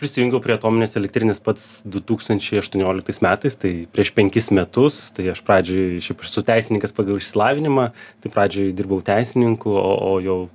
prisijungiau prie atominės elektrinės pats du tūkstančiai aštuonioliktais metais tai prieš penkis metus tai aš pradžioj šiaip aš esu teisininkas pagal išsilavinimą tai pradžioj dirbau teisininku o o jau